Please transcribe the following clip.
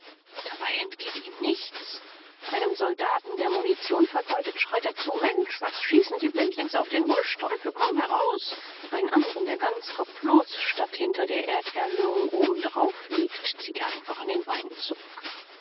dabei entgeht ihm nichts einem soldaten der munition vergeudet schreit er zu mensch was schießen sie blindlings auf den busch teufel komm heraus einen andren der ganz kopflos statt hinter der erderhöhung oben darauf liegt zieht er einfach an den beinen zurück